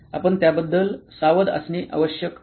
आपण त्याबद्दल सावध असणे आवश्यक आहे